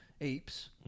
apes